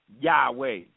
Yahweh